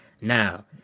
Now